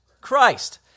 Christ